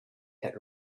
had